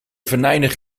venijnig